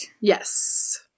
Yes